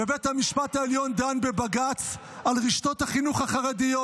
ובית המשפט העליון דן בבג"ץ על רשתות החינוך החרדיות,